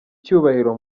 icyubahiro